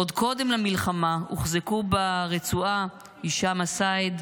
עוד קודם למלחמה הוחזקו ברצועה הישאם א-סייד,